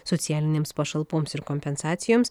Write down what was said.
socialinėms pašalpoms ir kompensacijoms